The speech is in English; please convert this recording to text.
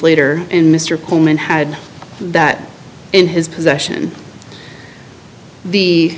later and mr coleman had that in his possession the